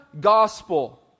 gospel